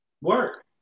Work